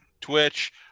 Twitch